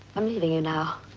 i'm leaving you now.